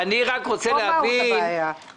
זה מהות הבעיה.